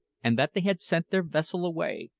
and that they had sent their vessel away,